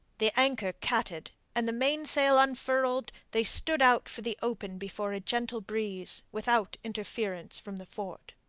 the anchor catted, and the mainsail unfurled, they stood out for the open before a gentle breeze, without interference from the fort.